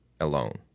alone